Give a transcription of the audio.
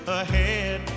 ahead